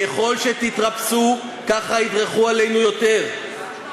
ככל שתתרפסו ככה ידרכו עלינו יותר,